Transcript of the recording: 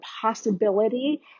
possibility